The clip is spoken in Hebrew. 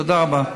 תודה רבה.